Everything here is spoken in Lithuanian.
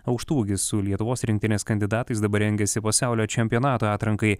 aukštaūgis su lietuvos rinktinės kandidatais dabar rengiasi pasaulio čempionato atrankai